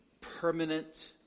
permanent